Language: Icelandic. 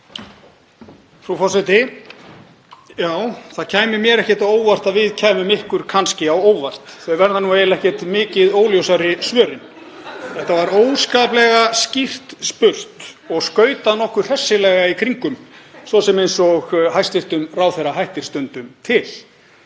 Frú forseti. Það kæmi mér ekkert á óvart að við kæmum ykkur kannski á óvart. — Þau verða nú eiginlega ekkert mikið óljósari svörin. Það var óskaplega skýrt spurt og skautað nokkuð hressilega í kringum, svo sem eins og hæstv. ráðherra hættir stundum til.